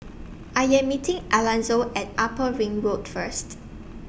I Am meeting Alanzo At Upper Ring Road First